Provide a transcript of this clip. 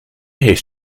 heeft